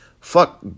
Fuck